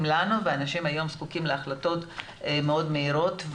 לנו והאנשים היום זקוקים להחלטות מאוד מהירות.